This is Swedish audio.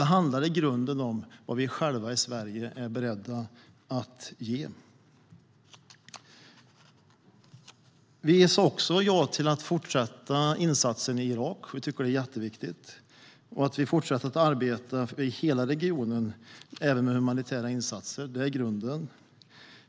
Det handlar i grunden om vad vi själva i Sverige är beredda att ge. Vi sa också ja till att fortsätta insatsen i Irak - det tycker vi är mycket viktigt - och att fortsätta arbeta i hela regionen även med humanitära insatser. Det är grunden.